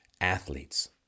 athletes